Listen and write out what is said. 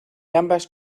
ambas